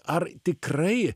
ar tikrai